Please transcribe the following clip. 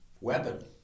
weapon